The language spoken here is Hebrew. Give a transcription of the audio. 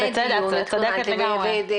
את צודקת לגמרי.